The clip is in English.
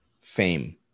fame